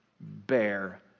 bear